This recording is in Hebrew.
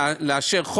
לאשר,